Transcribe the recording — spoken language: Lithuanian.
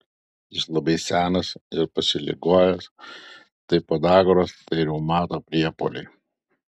jis labai senas ir pasiligojęs tai podagros tai reumato priepuoliai